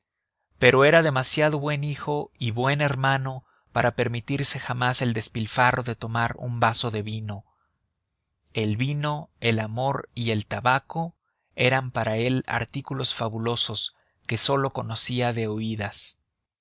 pero era demasiado buen hijo y buen hermano para permitirse jamás el despilfarro de tomar un vaso de vino el vino el amor y el tabaco eran para él artículos fabulosos que sólo conocía de oídas